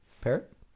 Parrot